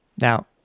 Now